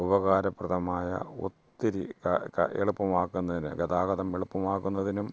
ഉപകാരപ്രദമായ ഒത്തിരി എളുപ്പമാക്കുന്നതിന് ഗതാഗതം എളുപ്പമാക്കുന്നതിനും